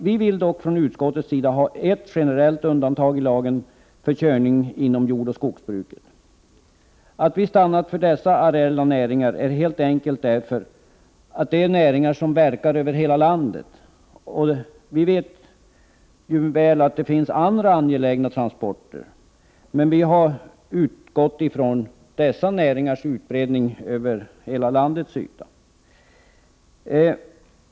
Vi vill dock från utskottets sida ha ett generellt undantag i lagen, nämligen för körning inom jordoch skogsbruket. Att vi stannat för dessa areella näringar beror helt enkelt på att det är näringar som bedrivs över hela landet. Vi vet att det finns andra angelägna transporter, men vi har utgått från dessa näringars utbredning över hela landets yta.